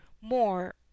more